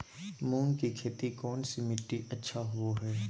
मूंग की खेती कौन सी मिट्टी अच्छा होबो हाय?